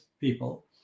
people